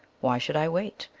why should i wait?